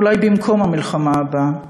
ואולי במקום המלחמה הבאה.